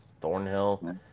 Thornhill